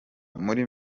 muri